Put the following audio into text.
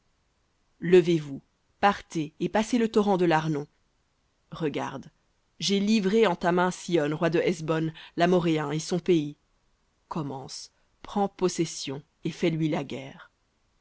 levez-vous partez et passez le torrent de l'arnon regarde j'ai livré en ta main sihon roi de hesbon l'amoréen et son pays commence prends possession et fais-lui la guerre